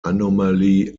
anomaly